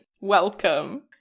Welcome